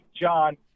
John